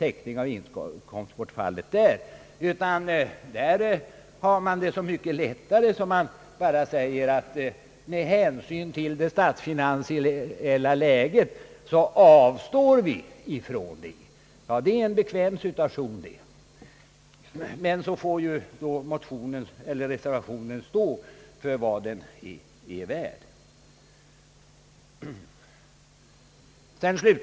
Man gör det verkligen lätt för sig när man säger att man avstår med hänsyn till det statsfinansiella läget. Det är en bekväm situation, men så får reservationen stå för vad den är värd.